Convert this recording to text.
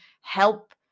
help